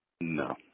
No